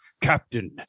Captain